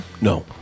no